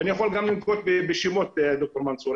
ואני יכול גם לנקוט בשמות, ד"ר מנסור.